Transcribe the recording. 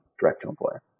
direct-to-employer